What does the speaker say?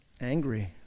angry